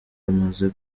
amaze